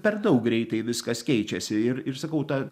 per daug greitai viskas keičiasi ir ir sakau ta